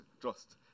trust